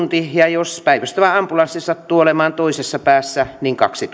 jos päivystävä ambulanssi sattuu olemaan toisessa päässä niin kaksi